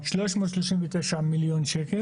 339 מיליון שקל.